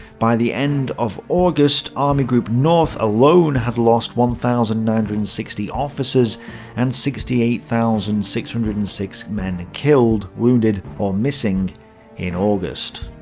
by the end of august, army group north alone had lost one thousand nine hundred and sixty officers and sixty eight thousand six hundred and six men killed, wounded, or missing in august.